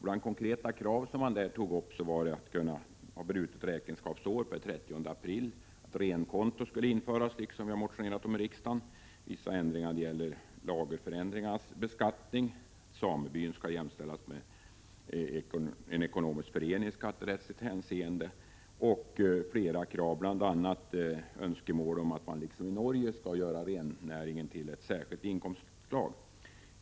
Bland de konkreta krav som framfördes kan nämnas införande av en möjlighet till brutet räkenskapsår per den 30 april, införande av renkonto — vilket vi också har motionerat om i riksdagen —, vissa justeringar i beskattningen av lagerförändringar samt jämställande av samebyn med ekonomisk förening i skatterättsligt avseende. Bland flera övriga krav kan också nämnas önskemål om att inkomster från rennäringen liksom i Norge skall göras till ett eget inkomstslag.